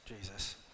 Jesus